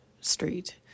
street